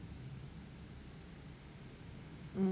mm